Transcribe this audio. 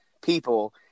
people